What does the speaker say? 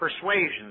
persuasions